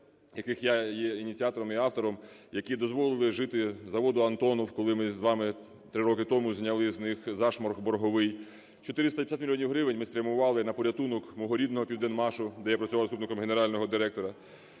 яких я є ініціатором і автором, які дозволили жити заводу "Антонов", коли ми з вами 3 роки тому зняли з них зашморг борговий. 450 мільйонів гривень ми спрямували на порятунок мого рідного "Південмашу", де я працював заступником генерального директора.